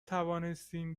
توانستیم